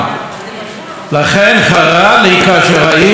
כרקע למסיבת עיתונאים של מר לפיד,